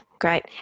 Great